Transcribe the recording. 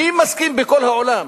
מי מסכים בכל העולם?